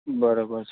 બરાબર છે